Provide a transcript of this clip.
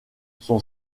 son